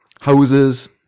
houses